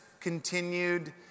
continued